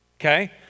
Okay